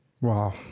wow